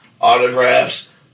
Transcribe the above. autographs